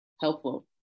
helpful